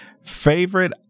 favorite